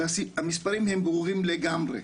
המספרים הם ברורים לגמרי,